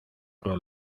pro